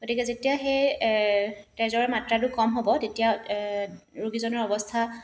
গতিকে যেতিয়া সেই তেজৰ মাত্ৰাটো কম হ'ব তেতিয়া ৰোগীজনৰ অৱস্থা